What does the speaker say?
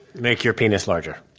make your penis larger